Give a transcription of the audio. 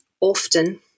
often